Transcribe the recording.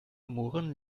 murren